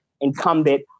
incumbent